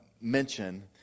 mention